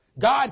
God